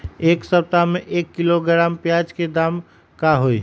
एक सप्ताह में एक किलोग्राम प्याज के दाम का होई?